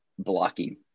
blocking